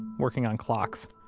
working on clocks.